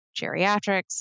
geriatrics